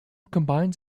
combines